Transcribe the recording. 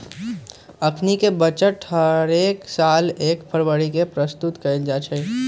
अखनीके बजट हरेक साल एक फरवरी के प्रस्तुत कएल जाइ छइ